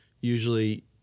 usually